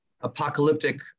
apocalyptic